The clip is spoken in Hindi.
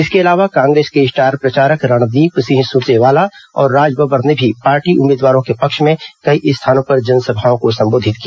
इसके अलावा कांग्रेस के स्टार प्रचारक रणदीप सिंह सुरजेवाला और राजबब्बर ने भी पार्टी उम्मीदवारों के पक्ष में कई स्थानों पर जनसभाओं को संबोधित किया